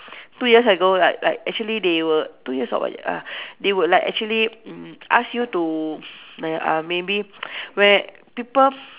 two years ago like like actually they would two years or one year ah they would like actually mm ask you to err uh maybe where people